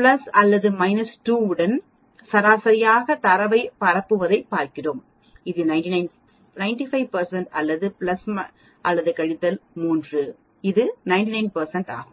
plus அல்லது minus 2 உடன் சராசரியாக தரவைப் பரப்புவதைப் பார்க்கிறோம்இது 95 அல்லது பிளஸ் அல்லது கழித்தல் 3 இது 99 ஆகும்